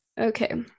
okay